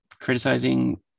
criticizing